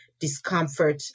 discomfort